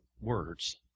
words